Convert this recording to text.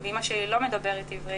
ואמא שלי לא מדברת עברית,